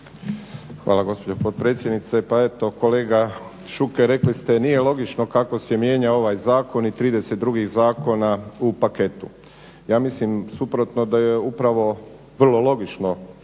Hvala gospođo potpredsjednice. Pa eto kolega Šuker rekli ste nije logično kako se mijenja ovaj zakon i 30 drugih zakona u paketu. Ja mislim suprotno, da je upravo vrlo logično